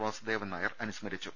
വാസുദേവൻ നായർ അനുസ്മരിച്ചു